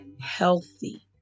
healthy